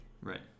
Right